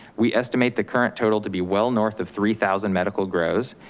we estimate the current total to be well north of three thousand medical grows,